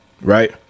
Right